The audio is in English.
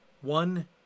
one